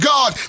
God